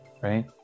right